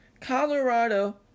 Colorado